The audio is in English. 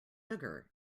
sugar